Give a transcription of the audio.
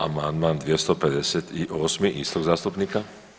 Amandman 258. istog zastupnika.